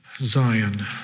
Zion